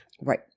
Right